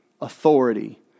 authority